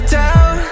down